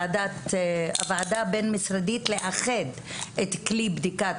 ובוועדה הבין-משרדית הייתה החלטה לאחד את כלי בדיקת